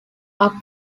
are